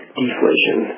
deflation